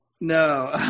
no